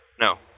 No